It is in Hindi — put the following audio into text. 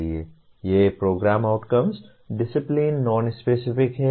ये प्रोग्राम आउटकम्स डिसिप्लिन नॉनस्पेसिफिक हैं